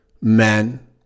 men